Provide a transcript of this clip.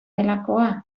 delakoa